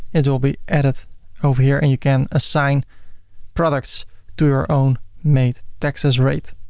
and it will be added over here and you can assign products to your own made taxes rate,